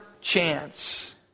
chance